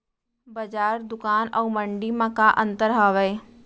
बजार, दुकान अऊ मंडी मा का अंतर हावे?